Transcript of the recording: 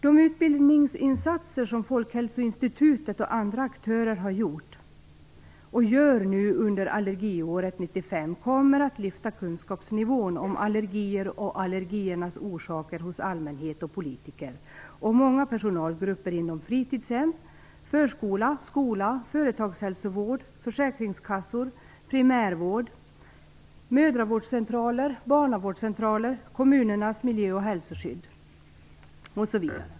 De utbildningsinsatser som Folkhälsoinstitutet och andra aktörer har gjort och nu gör under Allergiåret 95 kommer att lyfta kunskapsnivån om allergier och allergiernas orsaker hos allmänhet och politiker och hos många personalgrupper inom fritidshem, förskola, skola, företagshälsovård, försäkringskassor, primärvård, mödravårdscentraler, barnavårdscentraler, kommunernas miljö och hälsoskydd osv.